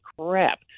crap